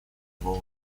его